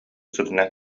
сытынан